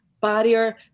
barrier